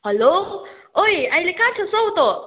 hello ओइ अहिले कहाँ छस् हौ तँ